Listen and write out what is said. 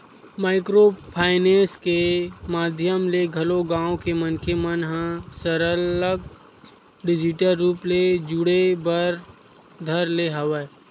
micro finance के माधियम ले घलो गाँव के मनखे मन ह सरलग डिजिटल रुप ले जुड़े बर धर ले हवय